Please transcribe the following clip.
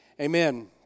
Amen